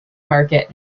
market